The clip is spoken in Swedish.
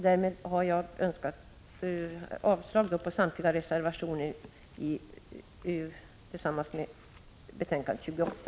Därmed har jag yrkat avslag på samtliga reservationer i betänkandena 24 och 28.